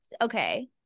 Okay